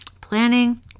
planning